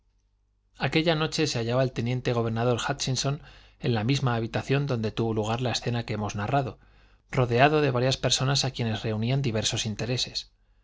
aquella noche se hallaba el teniente gobernador hútchinson en la misma habitación donde tuvo lugar la escena que hemos narrado rodeado de varias personas a quienes reunían diversos intereses